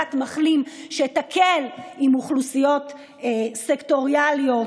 תעודת מחלים שתקל על אוכלוסיות סקטוריאליות,